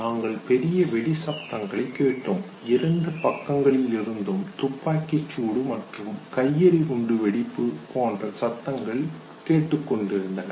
நாங்கள் பெரிய வெடிச் சப்தங்களை கேட்டோம் இரண்டு பக்கங்களிலிருந்தும் துப்பாக்கிச் சூடு மற்றும் கையெறி குண்டு வெடிப்பு போன்ற சத்தங்கள் கேட்டுக்கொண்டிருந்தன